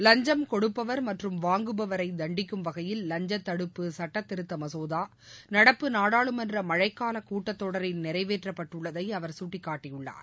லஞ்சம் கொடுப்பவர் மற்றும் வாங்குபவரை தண்டிக்கும் வகையில் லஞ்ச தடுப்பு சட்ட திருத்த மசோதா நடப்பு நாடாளுமன்ற மழைகால கூட்டத் தொடரில் நிறைவேற்றப்பட்டுள்ளதை அவர் சுட்டிக்காட்டியுள்ளார்